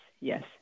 yes